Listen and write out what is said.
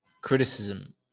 criticism